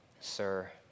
sir